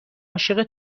عاشق